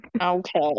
Okay